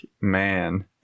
man